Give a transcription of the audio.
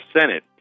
Senate